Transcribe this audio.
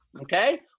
Okay